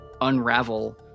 unravel